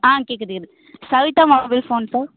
ஆ கேட்குது கேட்குது சவிதா மொபைல் ஃபோன்ஸா